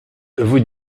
vous